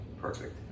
Perfect